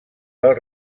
del